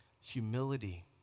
Humility